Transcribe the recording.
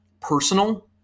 personal